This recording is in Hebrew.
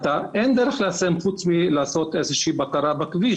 אין דרך ליישם חוץ מלעשות איזושהי בקרה בכביש,